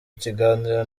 ikiganiro